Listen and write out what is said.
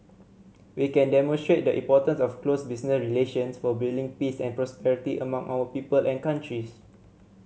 we can demonstrate the importance of close business relations for building peace and prosperity among our people and countries